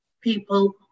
people